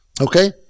Okay